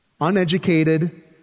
uneducated